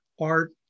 art